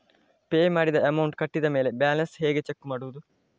Pay ಮಾಡಿದ amount ಕಟ್ಟಿದ ಮೇಲೆ ಬ್ಯಾಲೆನ್ಸ್ ಹೇಗೆ ಚೆಕ್ ಮಾಡುವುದು?